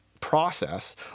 process